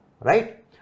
Right